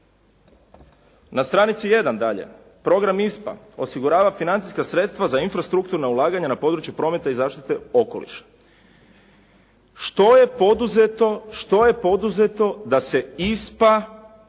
Na stranici 1. dalje program ISPA osigurava financijska sredstva za infrastrukturna ulaganja na području prometa i zaštite okoliša. Što je poduzeto da se ISPA